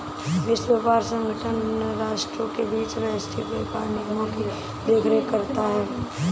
विश्व व्यापार संगठन राष्ट्रों के बीच वैश्विक व्यापार नियमों की देखरेख करता है